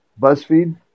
BuzzFeed